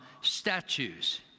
statues